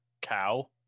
cow